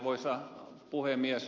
arvoisa puhemies